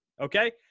Okay